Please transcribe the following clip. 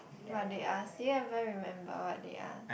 what they ask do you even remember what they ask